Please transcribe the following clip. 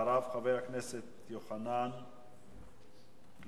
אחריו - חבר הכנסת יוחנן, פלסנר.